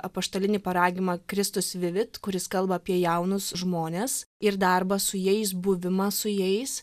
apaštalinį paraginimą kristus vivit kuris kalba apie jaunus žmones ir darbą su jais buvimą su jais